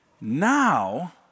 Now